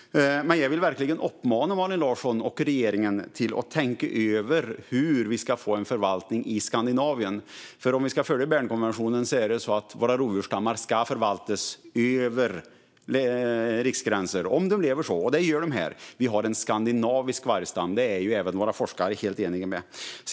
Jag vill verkligen uppmana Malin Larsson och regeringen att tänka över hur vi ska få en förvaltning i Skandinavien, för om vi ska följa Bernkonventionen ska våra rovdjursstammar förvaltas över riksgränser om de lever så, och det gör de här. Vi har en skandinavisk vargstam, och det är även våra forskare helt eniga om.